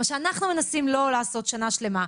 מה שאנחנו מנסים לא לעשות שנה שלמה.